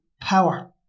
power